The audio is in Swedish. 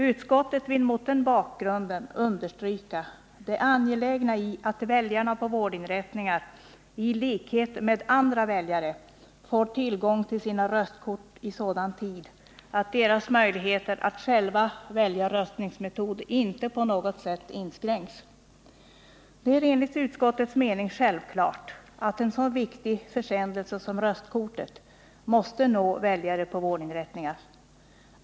Utskottet vill mot den bakgrunden understryka det angelägna i att väljarna på vårdinrättningar, i likhet med alla andra väljare, får tillgång till sina röstkort i sådan tid att deras möjligheter att själva välja sin röstningsmetod inte på något sätt inskränks. Det är enligt utskottets mening självklart att en så viktig försändelse som röstkortet måste nå väljare på vårdinrättningar.